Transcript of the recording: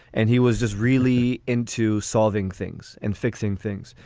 and he was just really into solving things and fixing things.